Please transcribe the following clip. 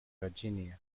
virginia